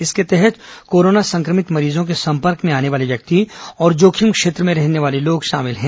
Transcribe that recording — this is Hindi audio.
इसके तहत कोरोना संक्रमित मरीजों के संपर्क में आने वाले व्यक्ति और जोखिम क्षेत्र में रहने वाले लोग शामिल हैं